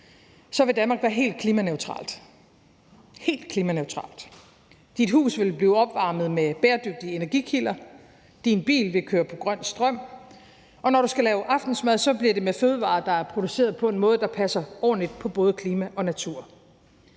40, vil Danmark være helt klimaneutralt – helt klimaneutralt. Dit hus vil blive opvarmet med bæredygtige energikilder, din bil vil køre på grøn strøm, og når du skal lave aftensmad, bliver det med fødevarer, der er produceret på en måde, som passer ordentligt på både klima og natur.